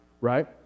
right